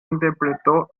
interpretó